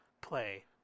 play